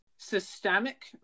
systemic